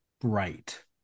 bright